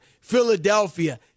Philadelphia